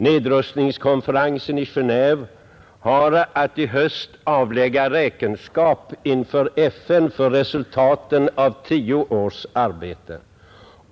Nedrustningskonferensen i Genéve har att i höst avlägga räkenskap inför FN för resultaten av tio års arbete.